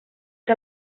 que